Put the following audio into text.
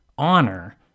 Honor